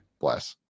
bless